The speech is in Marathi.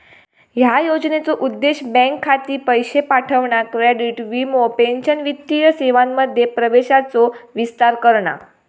ह्या योजनेचो उद्देश बँक खाती, पैशे पाठवणा, क्रेडिट, वीमो, पेंशन वित्तीय सेवांमध्ये प्रवेशाचो विस्तार करणा